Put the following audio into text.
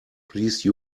please